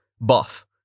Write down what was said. Buff